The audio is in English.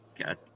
Got